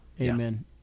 Amen